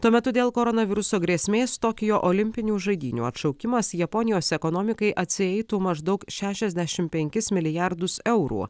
tuo metu dėl koronaviruso grėsmės tokijo olimpinių žaidynių atšaukimas japonijos ekonomikai atsieitų maždaug šešiasdešimt penkis milijardus eurų